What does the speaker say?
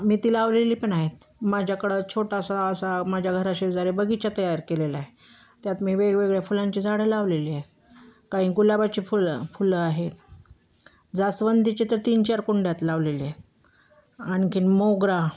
मी ती लावलेली पण आहेत माझ्याकडं छोटासा असा माझ्या घराशेजारी बगीचा तयार केलेला आहे त्यात मी वेगवेगळ्या फुलांची झाडं लावलेली आहेत काही गुलाबाची फुलं फुलं आहेत जास्वंदीची तर तीन चार कुंड्यात लावलेली आहेत आणखी मोगरा